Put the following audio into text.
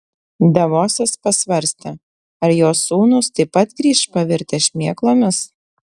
davosas pasvarstė ar jo sūnūs taip pat grįš pavirtę šmėklomis